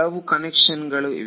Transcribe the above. ಹಲವು ಕನ್ವೆನ್ಷನ್ ಗಳು ಇವೆ